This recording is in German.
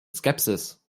skepsis